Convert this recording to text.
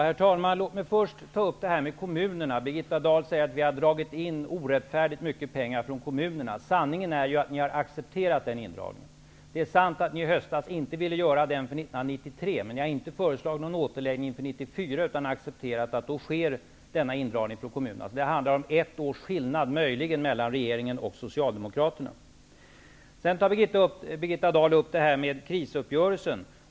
Herr talman! Låt mig först ta upp detta med kommunerna! Birgitta Dahl säger att vi har dragit in orättfärdigt mycket pengar från kommunerna. Sanningen är ju att ni har accepterat den indrag ningen. Det är sant att ni i höstas inte ville göra indragningen för 1993, men ni har inte föreslagit någon återläggning för 1994 utan accepterat att denna indragning från kommunerna då sker. Det handlar alltså möjligen om ett års skillnad mellan regeringen och socialdemokraterna. Birgitta Dahl tog vidare upp frågan om krisupp görelsen.